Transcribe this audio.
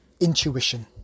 intuition